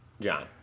John